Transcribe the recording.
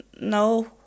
no